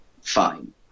fine